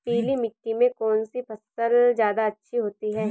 पीली मिट्टी में कौन सी फसल ज्यादा अच्छी होती है?